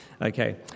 Okay